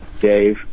Dave